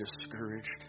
discouraged